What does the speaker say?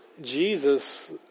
Jesus